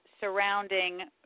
surrounding